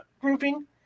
grouping